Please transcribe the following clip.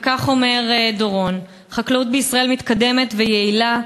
וכך אומר דורון: החקלאות בישראל מתקדמת ויעילה.